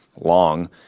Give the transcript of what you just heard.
long